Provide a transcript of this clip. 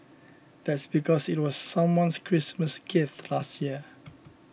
that's because it was someone's Christmas gift last year